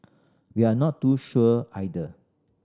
we are not too sure either